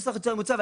נוסח יותר ממצה.